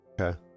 okay